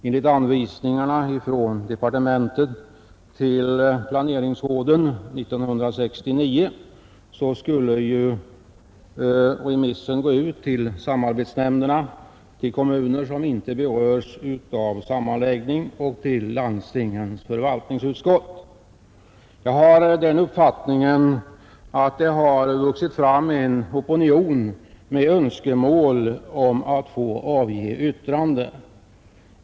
Enligt anvisningarna från departementet till planeringsråden 1969 skulle ju remissen gå ut till samarbetsnämnderna, till kommuner som inte berörs av sammanläggning och till landstingens förvaltningsutskott. Jag har den uppfattningen att det har vuxit fram en opinion med önskemål om att få avge yttrande.